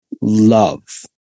love